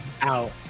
out